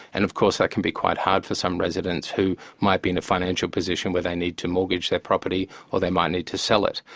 and of course that can be quite hard for some residents who might be in a financial position where they need to mortgage their property, or they might need to sell it.